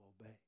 obey